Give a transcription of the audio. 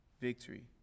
victory